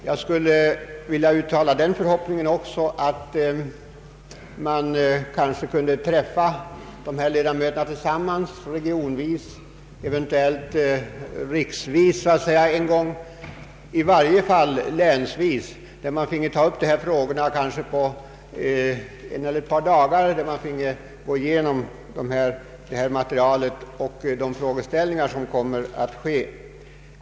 Jag uttalar den förhoppningen att man kanske kunde ordna ett sammanträffande med dessa ledamöter regionsvis, eventuellt så att säga riksvis, i varje fall länsvis, så att man under en eller ett par dagar finge ta upp dessa frågor och gå igenom materialet.